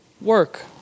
work